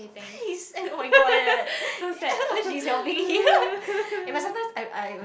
because he's eh oh-my-god eh yea she's helping him eh sometimes I I will